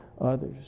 others